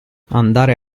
andare